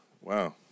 wow